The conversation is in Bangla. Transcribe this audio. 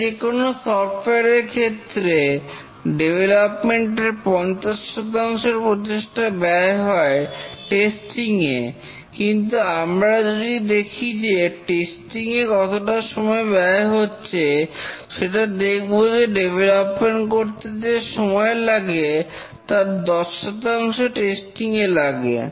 একটা যেকোন সফটওয়্যার এর ক্ষেত্রে ডেভলপমেন্ট এর 50 শতাংশ প্রচেষ্টা ব্যয় হয় টেস্টিং এ কিন্তু আমরা যদি দেখি যে টেস্টিং এ কতটা সময় ব্যয় হচ্ছে সেটা দেখব যে ডেভেলাপমেন্ট করতে যে সময় লাগে তার 10 টেস্টিং এ লাগে